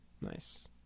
nice